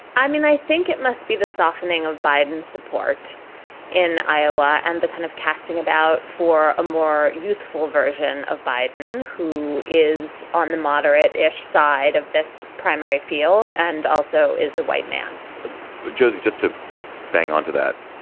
i mean, i think it must be the softening of biden's support in iowa and the kind of casting about for a more youthful version of biden, who is on the moderate ish side of this primary field and also is a white man just just to bang on to that.